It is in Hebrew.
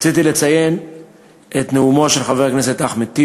רציתי לציין את נאומו של חבר הכנסת אחמד טיבי,